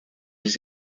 les